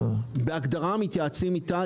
בהגדרה מתייעצים איתה,